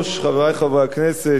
חברי חברי הכנסת,